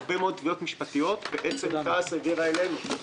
הרבה מאוד תביעות משפטיות שתע"ש העבירה אלינו.